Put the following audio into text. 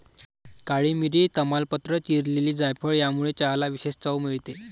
काळी मिरी, तमालपत्र, चिरलेली जायफळ यामुळे चहाला विशेष चव मिळते